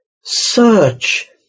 search